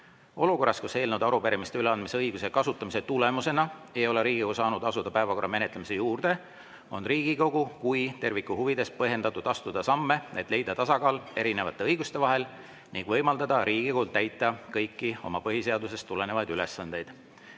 olevaid asju. Kui eelnõude ja arupärimiste üleandmise õiguse kasutamise tulemusena ei ole Riigikogu saanud asuda päevakorra menetlemise juurde, on Riigikogu kui terviku huvides põhjendatud astuda samme, et leida tasakaal eri õiguste vahel ning võimaldada Riigikogul täita kõiki oma põhiseadusest tulenevaid ülesandeid.